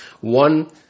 One